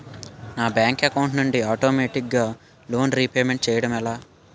నా bank account నుండి ఆటోమేటిగ్గా లోన్ రీపేమెంట్ చేయడం ఎలా?